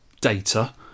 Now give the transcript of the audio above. data